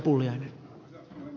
arvoisa puhemies